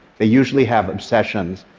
they usually have obsessions.